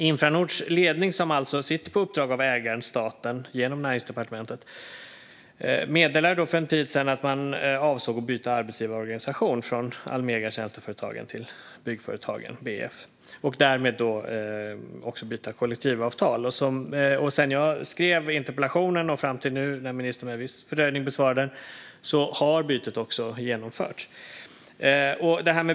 Infranords ledning - som alltså sitter på uppdrag av ägaren, staten, genom Näringsdepartementet - meddelade för en tid sedan att man avsåg att byta arbetsgivarorganisation, från Almega Tjänsteföretagen, till Byggföretagen, BF, och därmed då också byta kollektivavtal. Sedan jag skrev interpellationen och fram till nu när ministern med viss fördröjning besvarar den har bytet också genomförts.